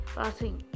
passing